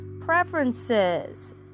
preferences